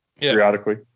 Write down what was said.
periodically